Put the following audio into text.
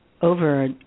Over